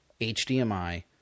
HDMI